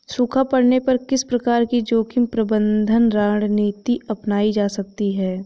सूखा पड़ने पर किस प्रकार की जोखिम प्रबंधन रणनीति अपनाई जा सकती है?